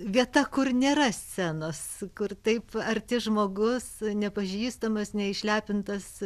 vieta kur nėra scenos kur taip arti žmogus nepažįstamas neišlepintas